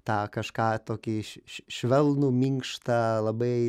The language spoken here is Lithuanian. tą kažką tokį švelnų minkštą labai